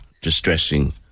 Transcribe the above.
distressing